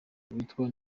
witwa